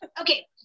Okay